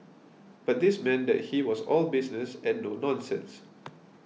but this meant that he was all business and no nonsense